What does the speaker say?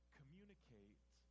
communicate